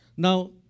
Now